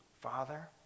Father